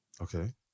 Okay